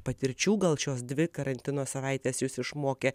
patirčių gal šios dvi karantino savaites jus išmokė